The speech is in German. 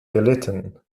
gelitten